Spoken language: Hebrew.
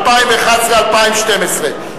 ל-2011 ול-2012.